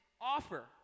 offer